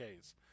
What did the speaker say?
Ks